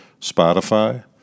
Spotify